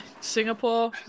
Singapore